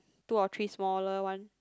two or three smaller one